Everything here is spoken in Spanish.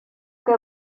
que